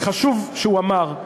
וחשוב שהוא אמר,